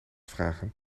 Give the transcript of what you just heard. vragen